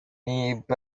இப்ப